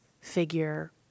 figure